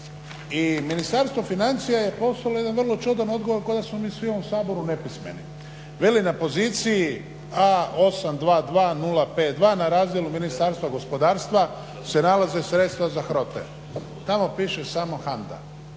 i ministarstvo financija je poslalo jedan čudan odgovor kao da smo svi u ovom Saboru nepismeni. Veli na poziciji A822052 na razinu Ministarstva gospodarstva se nalaze sredstva za HROT-e tamo piše samo HANDA.